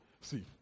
See